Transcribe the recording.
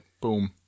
boom